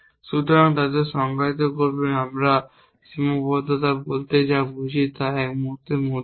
সুতরাং তারা সংজ্ঞায়িত করবে আমরা সীমাবদ্ধতা বলতে যা বুঝি তা এক মুহূর্তের মধ্যেই